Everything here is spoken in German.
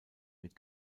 mit